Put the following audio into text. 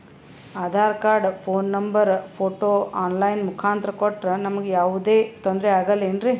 Aadhaar card, phone number, photo online ಮುಖಾಂತ್ರ ಕೊಟ್ರ ನಮಗೆ ಯಾವುದೇ ತೊಂದ್ರೆ ಆಗಲೇನ್ರಿ?